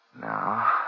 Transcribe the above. Now